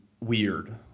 weird